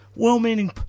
well-meaning